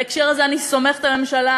בהקשר הזה אני סומכת על הממשלה,